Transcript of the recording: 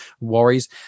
worries